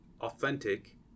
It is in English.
authentic